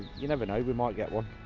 you never know, we might get one.